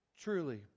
truly